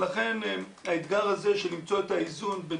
לכן האתגר הזה של למצוא את האיזון בין